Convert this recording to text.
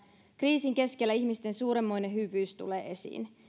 kriisin keskellä ihmisten suurenmoinen hyvyys tulee esiin